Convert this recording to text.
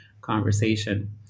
conversation